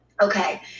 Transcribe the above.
okay